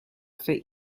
for